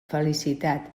felicitat